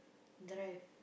drive